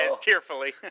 tearfully